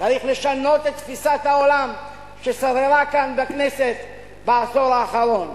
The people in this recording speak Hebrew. צריך לשנות את תפיסת העולם ששררה כאן בכנסת בעשור האחרון,